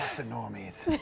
the normies.